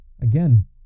again